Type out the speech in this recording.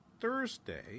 Thursday